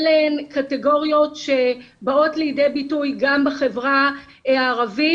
אלה הן קטגוריות שבאות לידי ביטוי גם בחברה הערבית.